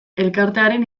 elkartearen